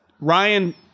Ryan